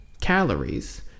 calories